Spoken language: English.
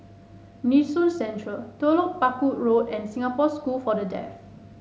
Nee Soon Central Telok Paku Road and Singapore School for the Deaf